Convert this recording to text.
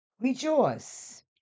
Rejoice